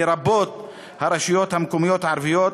לרבות הרשויות המקומיות הערביות.